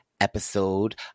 episode